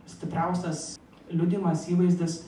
stipriausias liudijimas įvaizdis